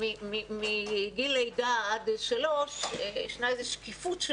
מגיל לידה עד שלוש ישנה איזה שקיפות,